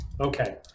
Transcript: Okay